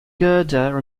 girder